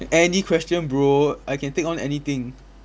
any question bro I can take on anything